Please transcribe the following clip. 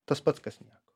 tas pats kas nieko